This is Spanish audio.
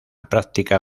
práctica